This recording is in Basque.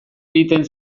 egiten